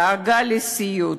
דאגה לסיעוד.